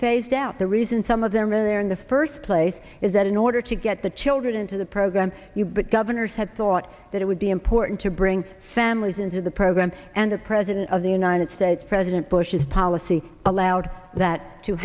phased out the reason some of them are there in the first place is that in order to get the children into the program you but governors had thought that it would be important to bring families into the program and the president of the united states president bush's power see allowed that to